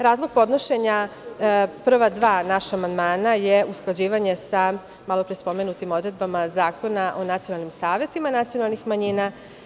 Razlog podnošenja prva dva naša amandmana je usklađivanje sa malo pre spomenutim odredbama Zakona o nacionalnim savetima nacionalnih manjina.